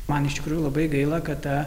man iš tikrųjų labai gaila kad ta